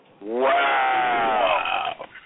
Wow